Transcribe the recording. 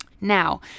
Now